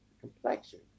complexion